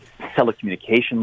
telecommunication